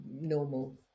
normal